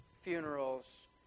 funerals